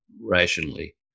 rationally